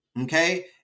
Okay